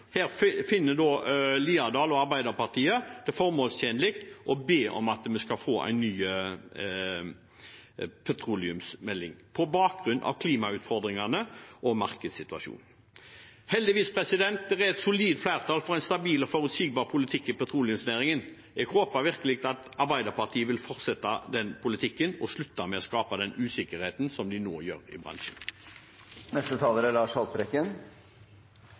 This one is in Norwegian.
finner representanten Haukeland Liadal det formålstjenlig å be om en ny petroleumsmelding – på bakgrunn av klimautfordringene og markedssituasjonen. Heldigvis er det et solid flertall for en stabil og forutsigbar politikk i petroleumsnæringen. Jeg håper virkelig at Arbeiderpartiet vil fortsette den politikken og slutte med å skape den usikkerheten i bransjen som de nå gjør.